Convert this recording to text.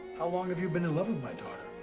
how long have you been in love with my daughter?